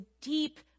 deep